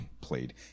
played